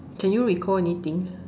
can you recall anything